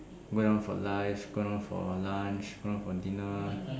go down for life go down for lunch go down for dinner